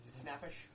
snappish